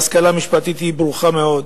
השכלה משפטית היא ברוכה מאוד,